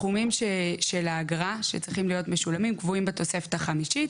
הסכומים של האגרה שצריכים להיות משולמים קבועים בתוספת החמישית,